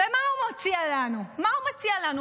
ומה הוא מציע לנו, מה הוא מציע לנו?